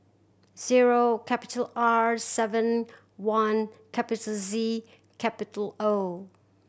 zero capital R seven one capital Z capital O